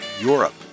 Europe